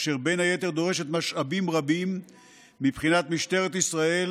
אשר בין היתר דורשת משאבים רבים מבחינת משטרת ישראל,